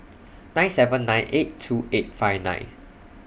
nine seven nine eight two eight five nine